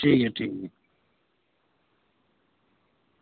ठीक ऐ ठीक